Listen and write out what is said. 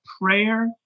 prayer